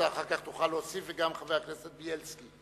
אחר כך תוכל להוסיף, וגם חבר הכנסת בילסקי.